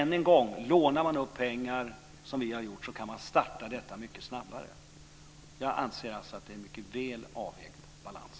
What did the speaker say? Än en gång, lånar man upp pengar, som vi har gjort, kan man starta detta mycket snabbare. Jag anser alltså att det är en mycket väl avvägd balans.